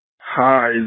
Hi